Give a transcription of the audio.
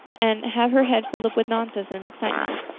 and have her head filled up with nonsense and excitement.